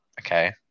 Okay